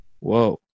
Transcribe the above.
Whoa